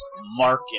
market